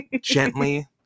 Gently